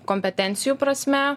kompetencijų prasme